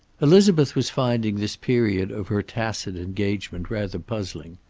elizabeth was finding this period of her tacit engagement rather puzzling.